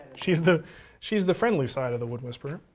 she's the she's the friendly side of the wood whisperer.